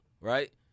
right